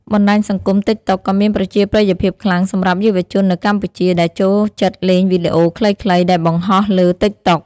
បណ្ដាញសង្គម តិកតុក ក៏មានប្រជាប្រិយភាពខ្លាំងសម្រាប់យុវជននៅកម្ពុជា ដែលចូលចិត្តលេងវីដេអូខ្លីៗដែលបង្ហោះលើ តិកតុក។